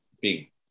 big